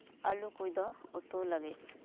ᱟᱹᱞᱩᱠᱚ ᱫᱚ ᱩᱛᱩ ᱞᱟᱹᱜᱤᱫ